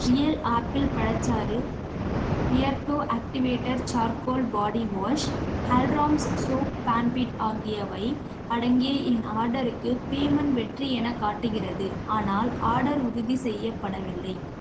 real apple பழச்சாறு Beardo activated charcoal body wash Haldiram's soan papdi ஆகியவை அடங்கிய என் ஆர்டருக்கு பேமெண்ட் வெற்றி எனக் காட்டுகிறது ஆனால் ஆர்டர் உறுதி செய்யப்படவில்லை